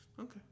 Okay